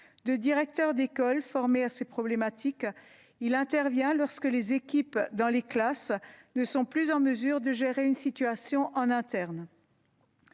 de directeurs d'école formés à ces problématiques, il intervient lorsque les équipes, dans les classes, ne sont plus en mesure de gérer une situation en interne.